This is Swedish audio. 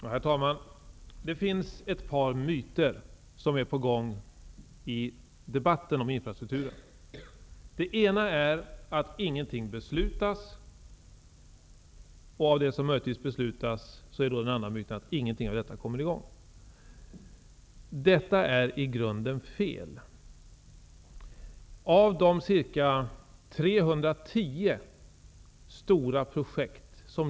Herr talman! Det finns ett par myter i debatten om infrastrukturen. En av dem är att man inte har fattat beslut om någonting. En annan myt säger att ingenting av det som man ändå beslutar om kommer i gång. Detta är i grunden fel.